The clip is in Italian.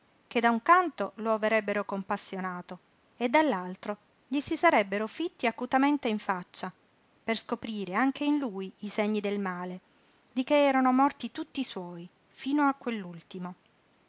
che da un canto lo avrebbero compassionato e dall'altro gli si sarebbero fitti acutamente in faccia per scoprire anche in lui i segni del male di che erano morti tutti i suoi fino a